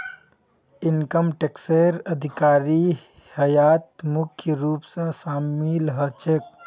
income टैक्सेर अधिकारी यहात मुख्य रूप स शामिल ह छेक